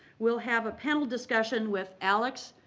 we'll have a panel discussion with alex,